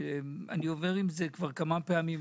אני עובר עם זה כבר כמה פעמים.